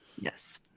Yes